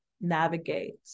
navigate